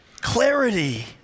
clarity